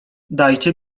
dajcie